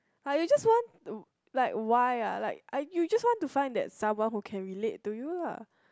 are you just want to like why ah like I you just want to find that someone who can relate to you lah